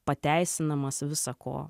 pateisinamas visa ko